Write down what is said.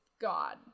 God